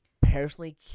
personally